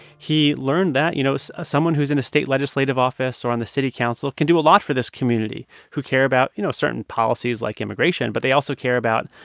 he learned that, you know, so ah someone who's in a state legislative office or on the city council can do a lot for this community who care about, you know, certain policies like immigration. but they also care about